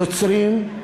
יוצרים,